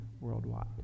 worldwide